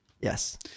Yes